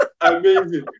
Amazing